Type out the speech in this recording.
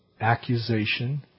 accusation